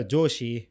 Joshi